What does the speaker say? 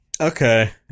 Okay